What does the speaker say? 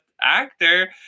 Actor